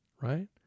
Right